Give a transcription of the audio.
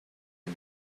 and